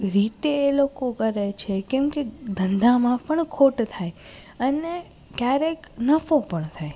રીતે એ લોકો કરે છે કેમ કે ધંધામાં પણ ખોટ થાય અને ક્યારેક નફો પણ થાય